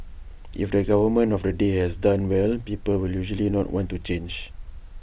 if the government of the day has done well people will usually not want to change